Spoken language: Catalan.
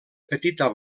petita